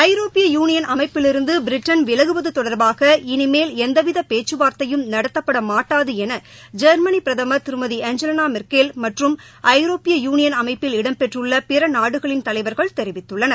ஐரோப்பிய யூனியன் அமைப்பிலிருந்துபிரிட்டன் விலகுவதுதொடர்பாக இளிமேல் எந்தவிதபேச்சுவார்த்தையும் நடத்தப்படமாட்டாதுஎனஜெர்மனிபிரதமர் திருமதி ஏஞ்சவாமெர்க்கல் மற்றும் ஐரோப்பிய யூளியன் அமைப்பில் இடம் பெற்றுள்ளபிறநாடுகளின் தலைவர்கள் தெரிவித்துள்ளனர்